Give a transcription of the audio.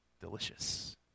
delicious